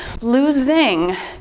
losing